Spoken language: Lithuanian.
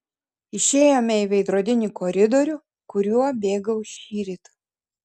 išėjome į veidrodinį koridorių kuriuo bėgau šįryt